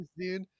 dude